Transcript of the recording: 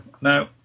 Now